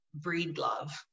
Breedlove